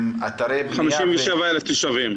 עם אתרי בנייה --- 57,000 תושבים.